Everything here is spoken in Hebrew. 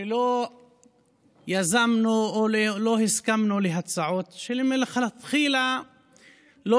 שלא יזמנו או לא הסכמנו להצעות שמלכתחילה לא